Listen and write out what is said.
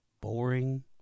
Boring